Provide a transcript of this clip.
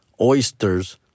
oysters